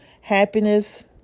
happiness